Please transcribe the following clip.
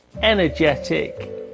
energetic